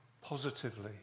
positively